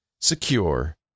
secure